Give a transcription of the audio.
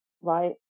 right